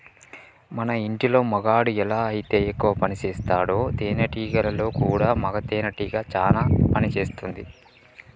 మన ఇంటిలో మగాడు ఎలా అయితే ఎక్కువ పనిసేస్తాడో తేనేటీగలలో కూడా మగ తేనెటీగ చానా పని చేస్తుంది